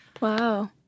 Wow